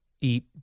eat